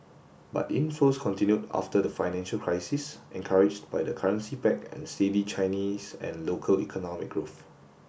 but inflows continued after the financial crisis encouraged by the currency peg and steady Chinese and local economic growth